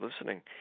listening